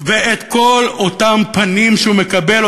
ואת כל אותם פנים שהוא מקבל,